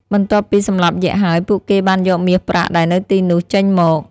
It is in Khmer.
បន្ទាប់ពីសម្លាប់យក្សហើយ ពួកគេបានយកមាសប្រាក់ដែលនៅទីនោះចេញមក ។